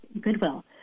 Goodwill